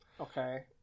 Okay